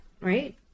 right